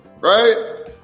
right